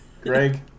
Greg